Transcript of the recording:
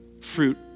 fruit